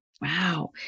Wow